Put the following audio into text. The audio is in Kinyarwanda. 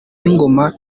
n’ingoma